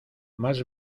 más